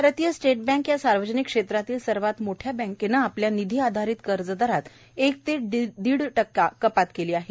भारतीय State Bank या सार्वजनिक क्षेत्रातलया सर्वात मोठ्या बँकेने आपल्या निधी आधारित कर्ज दरात एक ते दीड टक्का कपात केली आहे